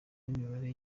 n’imibare